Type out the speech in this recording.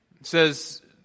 says